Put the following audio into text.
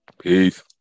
Peace